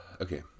Okay